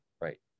Right